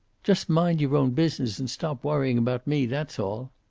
just mind your own business, and stop worrying about me. that's all.